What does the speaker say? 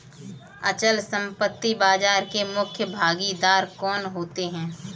अचल संपत्ति बाजार के मुख्य भागीदार कौन होते हैं?